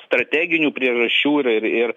strateginių priežasčių ir ir